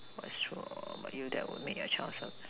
what's true that but that would make your child self